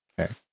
Okay